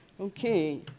Okay